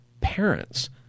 parents